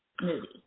movie